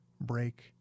Break